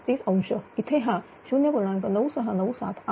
36° इथे हा 0